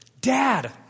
Dad